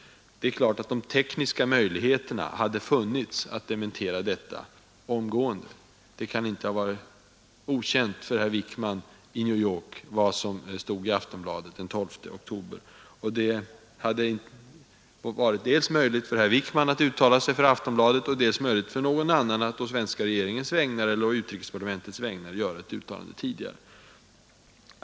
Självfallet hade tekniska möjligheter funnits att dementera detta omgående. Det kan inte ha varit okänt för herr Wickman i New York vad som stod i Aftonbladet den 12 oktober. Det hade varit möjligt dels för herr Wickman att uttala sig för Aftonbladet, dels för någon annan att på den svenska regeringens eller på utrikesdepartementets vägnar göra ett uttalande tidigare.